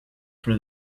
for